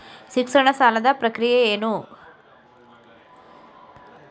ಶಿಕ್ಷಣ ಸಾಲದ ಪ್ರಕ್ರಿಯೆ ಏನು?